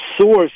source